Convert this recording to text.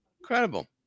incredible